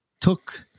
took